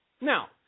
Now